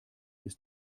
ist